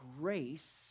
grace